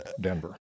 Denver